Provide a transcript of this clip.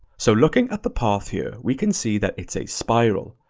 so looking at the path here, we can see that it's a spiral.